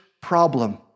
problem